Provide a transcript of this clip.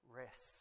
rest